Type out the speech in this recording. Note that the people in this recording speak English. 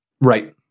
Right